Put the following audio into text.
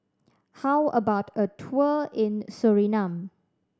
how about a tour in Suriname